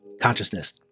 consciousness